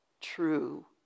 true